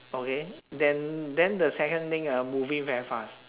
okay then then the second lane ah moving very fast